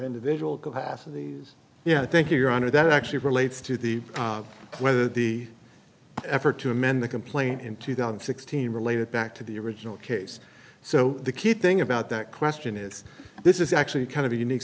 individual capacities yeah thank you your honor that actually relates to the whether the effort to amend the complaint in two thousand and sixteen relate it back to the original case so the key thing about that question is this is actually kind of a unique